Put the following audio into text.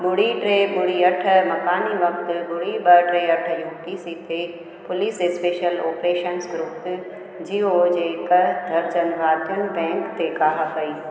ॿुड़ी टे ॿुड़ी अठ मकानी वक़्तु ॿुड़ी ॿ टे अठ यूपी ते पुलिस स्पैशल ऑपरेशंस ग्रुप जीओ जे हिकु दर्जन भातियुनि बैंक ते काह कई